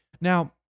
Now